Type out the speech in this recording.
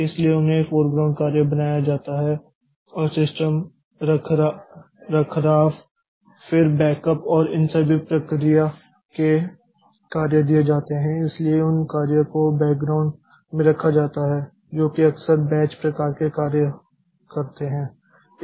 इसलिए उन्हें फोरग्राउंड कार्य बनाया जाता है और सिस्टम रखरखाव फिर बैकअप और इन प्रकार के कार्य दिए जाते हैं इसलिए उन कार्य को बॅकग्राउंड में रखा जाता है जो कि अक्सर बैच प्रकार के कार्य करते हैं